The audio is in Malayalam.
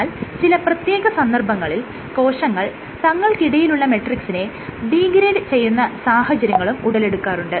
എന്നാൽ ചില പ്രത്യേക സന്ദർഭങ്ങളിൽ കോശങ്ങൾ തങ്ങൾക്കടിയിലുള്ള മെട്രിക്സിനെ ഡീഗ്രേഡ് ചെയ്യുന്ന സാഹചര്യങ്ങളും ഉടലെടുക്കാറുണ്ട്